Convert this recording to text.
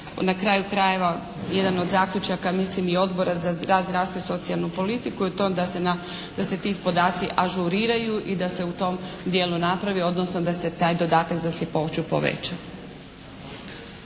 na kraju krajeva jedan od zaključaka mislim i Odbora za rad, zdravstvo i socijalnu politiku i to da se ti podaci ažuriraju i da se u tom dijelu napravi odnosno da se taj dodatak za sljepoću poveća.